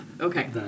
Okay